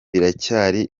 biracyari